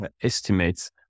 estimates